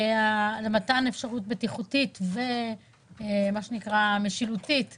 ומתן אפשרות בטיחותית ומה שנקרא משילותית באזור,